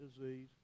disease